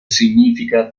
significa